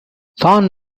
thorne